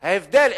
מה ההבדל?